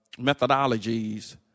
methodologies